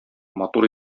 матур